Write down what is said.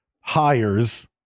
hires